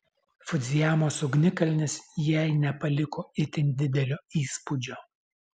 fudzijamos ugnikalnis jai nepaliko itin didelio įspūdžio